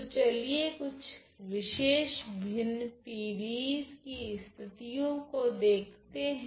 तो चलिए कुछ विशेष भिन्न PDE's की स्थितियों को देखते हैं